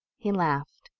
he laughed.